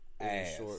ass